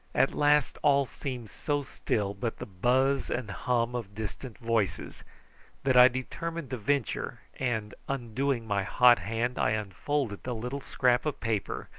at last all seemed so still but the buzz and hum of distant voices that i determined to venture, and undoing my hot hand i unfolded the little scrap of paper,